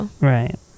Right